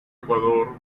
ecuador